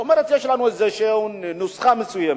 אומרת: יש לנו איזושהי נוסחה מסוימת,